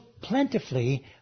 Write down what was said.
plentifully